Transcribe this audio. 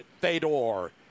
Fedor